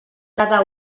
cada